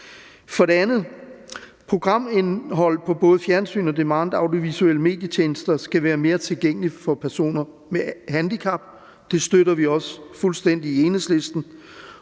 For det andet: Programindholdet på både fjernsyn og on demand audiovisuelle medietjenester skal være mere tilgængeligt for personer med handicap. Det støtter vi også fuldstændig i Enhedslisten.